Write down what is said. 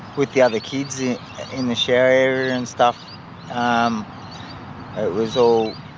with the other kids in the shower area and stuff. um ah it was all